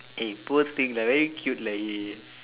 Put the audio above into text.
eh poor thing lah very cute lah he